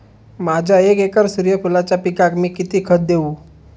माझ्या एक एकर सूर्यफुलाच्या पिकाक मी किती खत देवू?